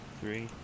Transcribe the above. three